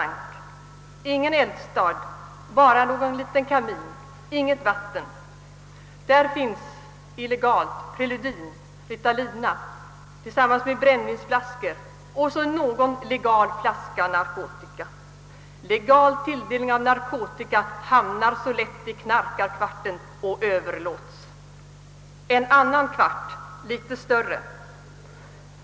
Kvarten har ingen eldstad, bara en liten kamin, och inget vatten. Där finns illegalt anskaffat preludin och ritalina tillsammans med brännvinsflaskor och någon legal flaska narkotika. Legal tilldelning av narkotika hamnar så lätt i knarkarkvarten och överlåts. En annan kvart är litet större.